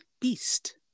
Beast